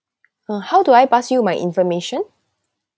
uh how do I pass you my information